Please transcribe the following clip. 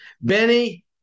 Benny